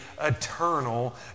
eternal